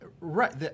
Right